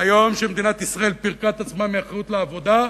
ביום שבו מדינת ישראל פירקה את עצמה מאחריות לעבודה,